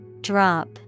Drop